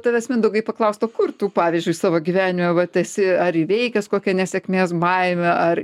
tavęs mindaugai paklaust o kur tu pavyzdžiui savo gyvenime vat esi ar įveikęs kokią nesėkmės baimę ar